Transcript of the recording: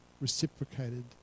reciprocated